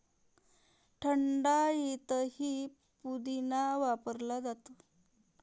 थंडाईतही पुदिना वापरला जातो